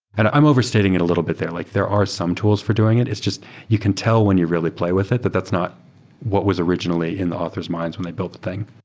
and i'm overstating it a little bit there. like there are some tools for doing it. it's just you can tell when you really play with it that that's not what was originally in the authors' minds when they built the thing.